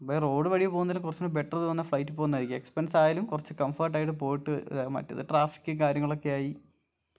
ഇപ്പം റോഡ് വഴി പോകുന്നതിലും കുറച്ചും കൂടി ബെറ്റർ തോന്നുന്നത് പറഞ്ഞാൽ ഫ്ലൈറ്റിൽ പോകുന്നതായിരിക്കും എക്സ്പ്പെൻസായാലും കുറച്ച് കംഫർട്ട് ആയിട്ട് പോയിട്ട് മറ്റേത് ട്രാഫിക്കും കാര്യങ്ങളൊക്കെയായി